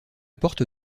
porte